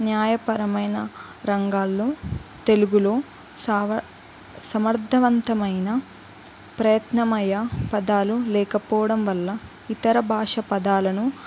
న్యాయపరమైన రంగాల్లో తెలుగులో సావ సమర్థవంతమైన ప్రయత్నమయ పదాలు లేకపోవడం వల్ల ఇతర భాష పదాలను